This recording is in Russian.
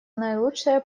наилучшее